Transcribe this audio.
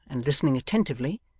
and listening attentively,